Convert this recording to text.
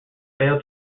failed